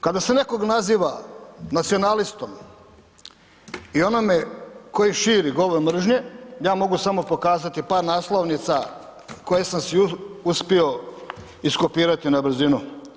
Kada se nekog naziva nacionalistom i onome koji širi govor mržnje, ja mogu samo pokazati par naslovnica koje sam su uspio iskopirati na brzinu.